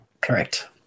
Correct